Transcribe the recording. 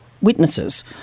witnesses